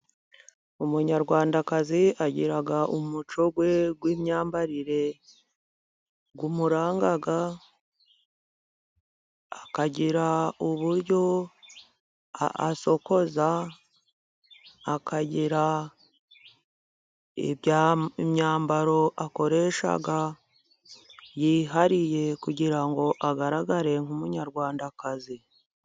Umunyarwandakazi agira umuco we w'imyambarire umuranga, akagira uburyo asokoza, akagira imyambaro akoresha yihariye kugira ngo agaragare nk'Umunyarwandakazi.